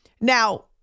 Now